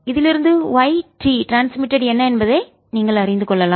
இதிலிருந்து yT transmitted என்ன என்பதை நீங்கள் அறிந்து கொள்ளலாம்